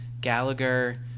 Gallagher